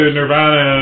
Nirvana